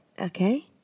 okay